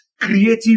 creative